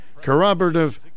corroborative